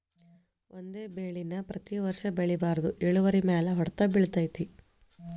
ಒಂದೇ ಬೆಳೆ ನಾ ಪ್ರತಿ ವರ್ಷ ಬೆಳಿಬಾರ್ದ ಇಳುವರಿಮ್ಯಾಲ ಹೊಡ್ತ ಬಿಳತೈತಿ